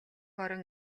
орон